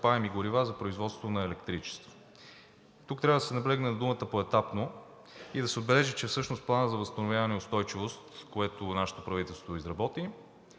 изкопаеми горива за производство на електричество. Тук трябва да се наблегне на думата „поетапно“ и да се отбележи, че всъщност Планът за възстановяване и устойчивост, което нашето правителство изработи,